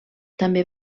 també